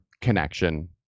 connection